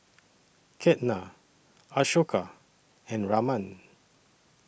Ketna Ashoka and Raman